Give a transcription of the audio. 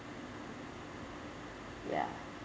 ya